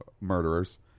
murderers